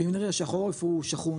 ואם נראה שהחורף הוא שחון,